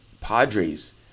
Padres